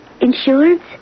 Insurance